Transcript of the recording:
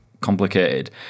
complicated